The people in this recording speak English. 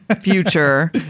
future